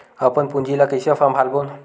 अपन पूंजी ला कइसे संभालबोन?